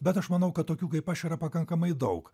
bet aš manau kad tokių kaip aš yra pakankamai daug